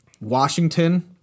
Washington